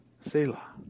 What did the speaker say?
Selah